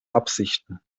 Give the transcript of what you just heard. absichten